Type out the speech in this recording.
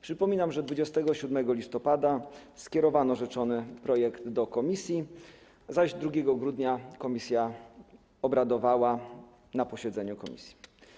Przypominam, że 27 listopada skierowano rzeczony projekt do komisji, zaś 2 grudnia komisja obradowała na posiedzeniu komisji.